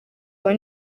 wawe